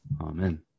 amen